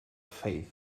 faith